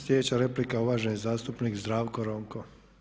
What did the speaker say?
Sljedeća replika uvaženi zastupnik Zdravko Ronko.